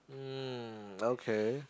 mm okay